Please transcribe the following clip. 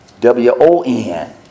W-O-N